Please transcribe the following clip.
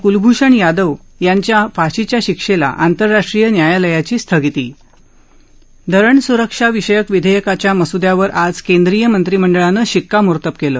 क्लभूषण जाधव यांच्या फाशीच्या शि क्षेला आंतराष्ट्रीय न्यायालयाची स्थगिती धरण स्रक्षा विधेयकाच्या मस्द्यावर आज केंद्रीय मंत्रिमंडळानं शिक्कामोर्तब केलं